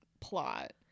plot